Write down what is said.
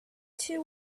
two